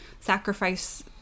sacrifice